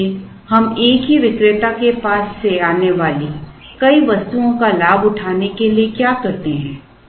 इसलिए हम एक ही विक्रेता के पास से आने वाली कई वस्तुओं का लाभ उठाने के लिए क्या करते हैं